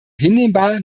hinnehmbar